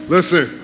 Listen